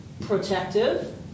protective